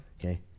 okay